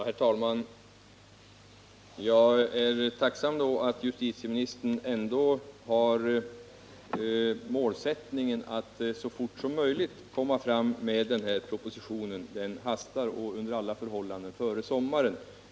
Herr talman! Jag är tacksam för att justitieministern ändå har målsättningen att så fort som möjligt lägga fram den här propositionen — den hastar — och under alla förhållanden före sommaren.